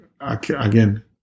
again